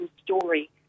story